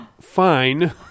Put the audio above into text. fine